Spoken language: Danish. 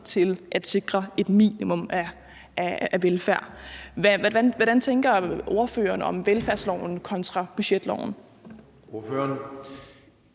til at sikre et minimum af velfærd. Hvad tænker ordføreren om velfærdsloven kontra budgetloven?